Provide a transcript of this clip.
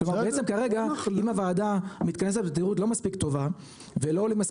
בעצם כרגע אם הוועדה מתכנסת בתדירות לא מספיק טובה --- אנחנו